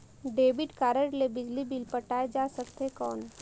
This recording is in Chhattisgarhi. डेबिट कारड ले बिजली बिल पटाय जा सकथे कौन?